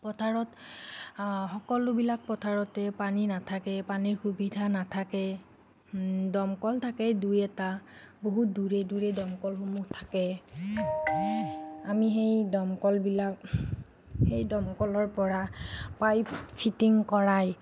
পথাৰত সকলোবিলাক পথাৰতে পানী নাথাকে পানীৰ সুবিধা নাথাকে দমকল থাকে দুই এটা বহুত দূৰে দূৰে দমকলসমূহ থাকে আমি সেই দমকলবিলাক সেই দমকলৰ পৰা পাইপ ফিটিং কৰাই